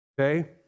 Okay